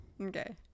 okay